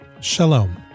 Shalom